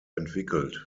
entwickelt